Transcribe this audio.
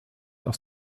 aus